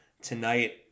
Tonight